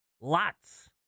Lots